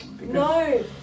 No